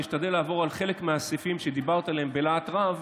ואשתדל לעבור על חלק מהסעיפים שדיברת עליהם בלהט רב